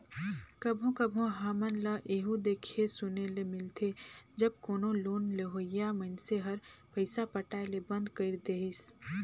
कभों कभों हमन ल एहु देखे सुने ले मिलथे जब कोनो लोन लेहोइया मइनसे हर पइसा पटाए ले बंद कइर देहिस